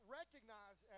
recognize